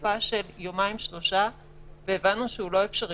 לתקופה של יומיים-שלושה והבנו שהוא לא אפשרי